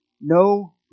no